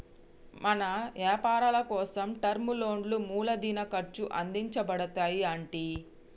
మన యపారాలకోసం టర్మ్ లోన్లా మూలదిన ఖర్చు అందించబడతాయి అంటి